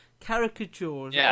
caricatures